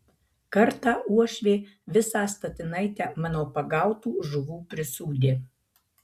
kartą uošvė visą statinaitę mano pagautų žuvų prisūdė